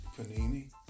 Panini